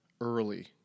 early